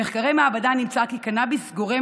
במחקרי מעבדה נמצא כי קנביס גורם